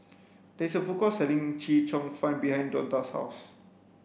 there is a food court selling chee cheong fun behind Donta's house